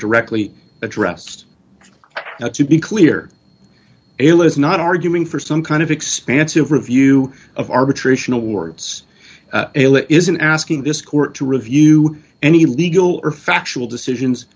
directly addressed to be clear l is not arguing for some kind of expansive review of arbitration awards ala isn't asking this court to review any legal or factual decisions